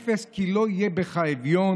"אפס כי לא יהיה בך אביון",